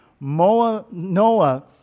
Noah